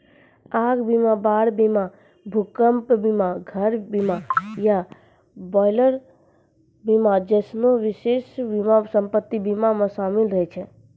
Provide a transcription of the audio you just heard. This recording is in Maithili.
आग बीमा, बाढ़ बीमा, भूकंप बीमा, घर बीमा या बॉयलर बीमा जैसनो विशेष बीमा सम्पति बीमा मे शामिल रहै छै